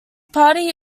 party